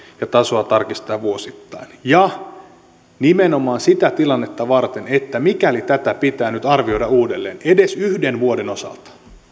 ja tasoa tarkistetaan vuosittain nimenomaan sitä tilannetta varten että mikäli tätä pitää arvioida uudelleen edes yhden vuoden osalta